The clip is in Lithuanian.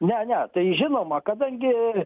ne ne tai žinoma kadangi